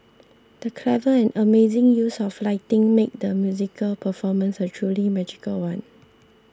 the clever and amazing use of lighting made the musical performance a truly magical one